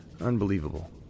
Unbelievable